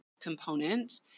component